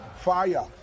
fire